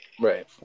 right